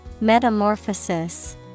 Metamorphosis